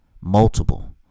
multiple